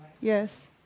yes